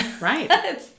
Right